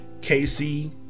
Casey